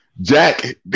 Jack